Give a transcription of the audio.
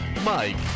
Mike